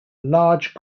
large